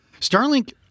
Starlink